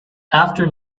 after